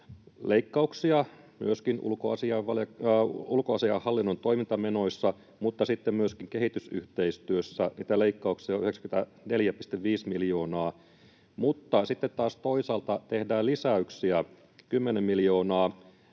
leikkauksia myöskin ulkoasiainhallinnon toimintamenoissa, mutta sitten myöskin kehitysyhteistyössä niitä leikkauksia on 94,5 miljoonaa. Mutta sitten taas toisaalta tehdään lisäyksiä kymmenen miljoonaa